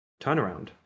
turnaround